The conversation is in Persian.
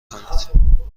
کنید